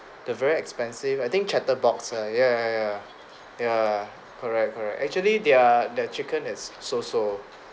the very expensive I think chatter box ah ya ya ya correct correct actually their the chicken is so so